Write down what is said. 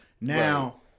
Now